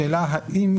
השאלה האם,